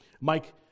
Mike